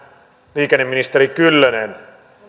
liikenneministeri kyllönen